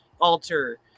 alter